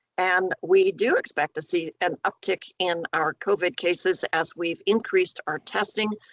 and we do expect to see an uptick in our covid cases as we've increased our testing.